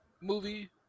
movie